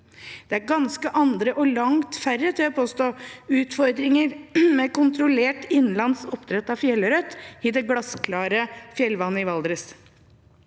Det er ganske andre og langt færre – tør jeg påstå – utfordringer med kontrollert innlandsoppdrett av fjellørret i det glassklare fjellvannet i Valdres.